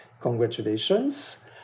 Congratulations